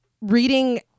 reading